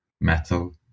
metal